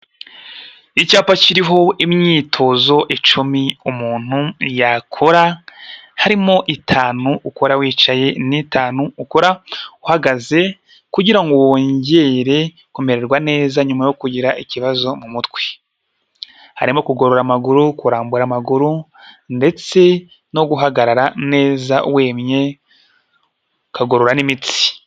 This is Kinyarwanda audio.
Icyapa kiriho imyitozo icumi umuntu yakora, harimo itanu ukora wicaye, n'itanu ukora uhagaze kugira wongere kumererwa neza nyuma yo kugira ikibazo mu mutwe, harimo kugorora amaguru, kurambura amaguru, ndetse no guhagarara neza wemye ukagorora n'imitsi.